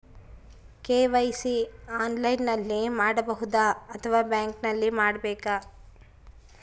KYC ಆನ್ಲೈನಲ್ಲಿ ಮಾಡಬಹುದಾ ಅಥವಾ ಬ್ಯಾಂಕಿನಲ್ಲಿ ಮಾಡ್ಬೇಕಾ?